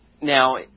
Now